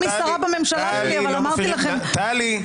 טלי,